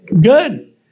Good